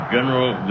General